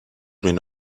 been